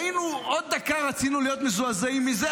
עוד דקה רצינו להיות מזועזעים מזה,